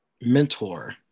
mentor